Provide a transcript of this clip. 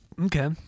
Okay